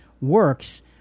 works